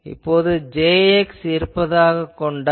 இப்போது Jx இருப்பதாக வைத்துக் கொள்வோம்